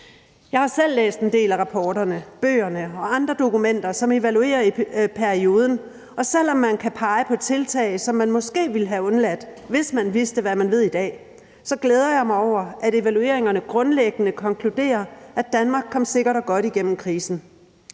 Jeg har selv læst en del af rapporterne, bøgerne og andre dokumenter, som evaluerer perioden. Selv om man kan pege på tiltag, som man måske ville have undladt, hvis man vidste, hvad man ved i dag, glæder jeg mig over, at evalueringerne grundlæggende konkluderer, at Danmark kom sikkert og godt igennem krisen.